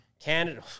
Canada